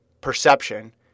perception